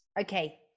Okay